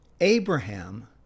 Abraham